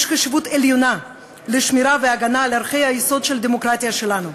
יש חשיבות עליונה לשמירה ולהגנה על ערכי היסוד של הדמוקרטיה שלנו.